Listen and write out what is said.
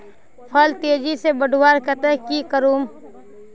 फल तेजी से बढ़वार केते की की करूम?